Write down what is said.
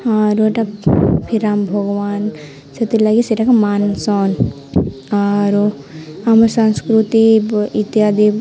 ଆରୁ ଏଟା ରାମ ଭଗବାନ ସେଥିର୍ଲାଗି ସେଇଟାକେ ମାନସନ୍ ଆରୁ ଆମର ସାଂସ୍କୃତି ଇତ୍ୟାଦି